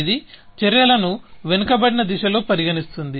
ఇది చర్యలను వెనుకబడిన దిశలో పరిగణిస్తుంది